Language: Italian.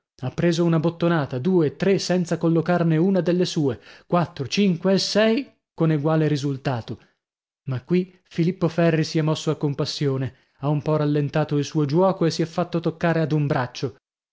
ha preso una bottonata due tre senza collocarne una delle sue quattro cinque e sei con eguale risultato ma qui filippo ferri si è mosso a compassione ha un po rallentato il suo giuoco e si è fatto toccare ad un braccio